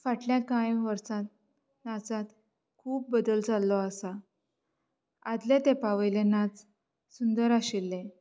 फाटल्या कांय वर्सान नाचांत खूब बदल जाल्लो आसा आदल्या तेंपा वयले नाच सुंदर आशिल्ले